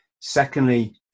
Secondly